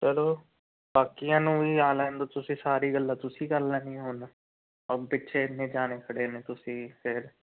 ਚਲੋ ਬਾਕੀਆਂ ਨੂੰ ਵੀ ਆ ਲੈਣ ਦਿਓ ਤੁਸੀਂ ਸਾਰੀ ਗੱਲਾਂ ਤੁਸੀਂ ਕਰ ਲੈਣੀਆਂ ਹੁਣ ਉਹ ਪਿੱਛੇ ਇੰਨੇ ਜਾਣੇ ਖੜ੍ਹੇ ਨੇ ਤੁਸੀਂ ਫਿਰ